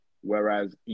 whereas